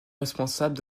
responsables